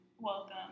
Welcome